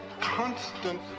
constant